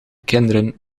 kinderen